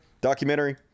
documentary